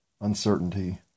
uncertainty